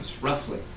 roughly